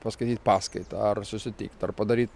paskaityt paskaitą ar susitikt ar padaryt